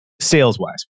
Sales-wise